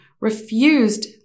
refused